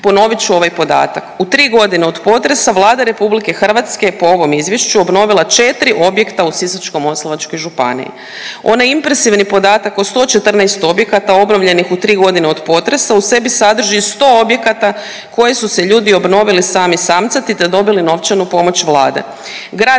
Ponovit ću ovaj podatak. U tri godine od potresa Vlada Republike Hrvatske je po ovom izvješću obnovila 4 objekta u Sisačko-moslavačkoj županiji. Onaj impresivni podatak o 114 objekata obnovljenih u tri godine od potresa u sebi sadrži 100 objekata koje su se ljudi obnovili sami samcati, te dobili novčanu pomoć Vlade.